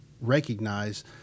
recognize